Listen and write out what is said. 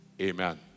Amen